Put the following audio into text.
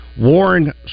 Warren